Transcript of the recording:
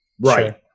Right